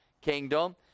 kingdom